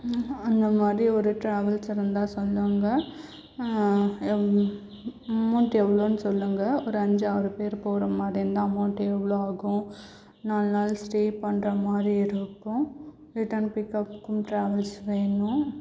அந்த மாதிரி ஒரு டிராவல்ஸ் இருந்தால் சொல்லுங்க எவ் அமௌண்ட் எவ்வளோன் சொல்லுங்க ஒரு அஞ்சு ஆறு பேர் போகிற மாதிரி இருந்தால் அமௌண்ட் எவ்வளோ ஆகும் நாலு நாள் ஸ்டே பண்ணுற மாதிரி இருக்கும் ரிட்டர்ன் பிக்அப்க்கும் டிராவல்ஸ் வேணும்